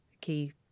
key